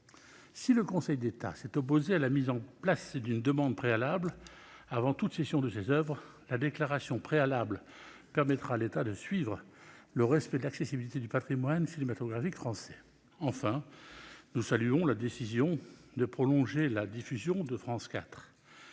Si le Conseil d'État s'est opposé à la mise en place d'une demande préalable avant toute cession de ces oeuvres, la déclaration préalable permettra à l'État de suivre le respect de l'accessibilité du patrimoine cinématographique français. Enfin, nous saluons la décision du Gouvernement de prolonger la diffusion de France 4.